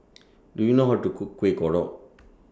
Do YOU know How to Cook Kuih Kodok